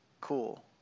cool